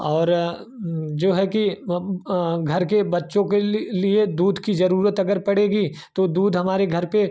और जो है कि घर के बच्चों के लि लिए दूध की ज़रूरत अगर पड़ेगी तो दूध हमारे घर पर